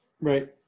Right